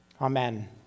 Amen